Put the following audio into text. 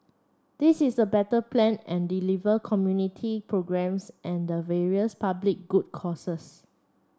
this is a better plan and deliver community programmes and the various public good causes